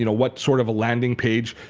you know what sort of a landing page,